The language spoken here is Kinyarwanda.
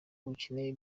ukeneye